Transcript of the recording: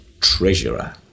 Treasurer